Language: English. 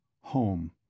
home